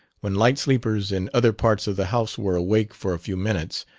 when light sleepers in other parts of the house were awake for a few minutes,